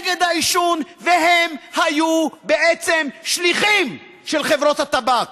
נגד העישון, הם היו בעצם שליחים של חברות הטבק.